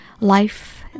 life